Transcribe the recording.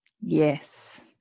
yes